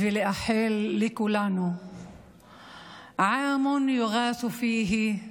ולאחל לכולנו (אומרת בערבית: שנה שבה תבוא גאולה לנלהב,